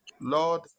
Lord